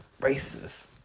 racist